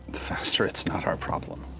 the faster it's not our problem.